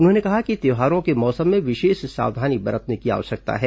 उन्होंने कहा कि त्यौहारों के मौसम में विशेष सावधानी बरतने की आवश्यकता है